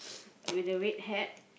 with the red hat